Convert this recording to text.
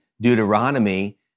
Deuteronomy